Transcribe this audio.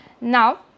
Now